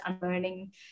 unlearning